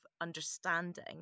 understanding